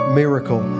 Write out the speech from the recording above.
miracle